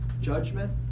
judgment